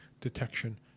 detection